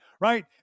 right